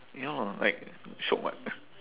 ya lah like shiok [what]